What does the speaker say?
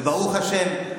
וברוך השם,